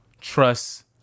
trust